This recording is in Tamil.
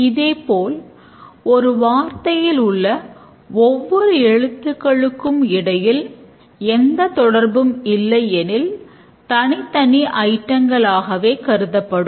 இதேபோல் ஒரு வார்த்தையில் உள்ள ஒவ்வொரு எழுத்துக்களுக்கும் இடையில் எந்த தொடர்பும் இல்லை எனில் தனித்தனி ஐட்டங்கள் ஆகவே கருதப்படும்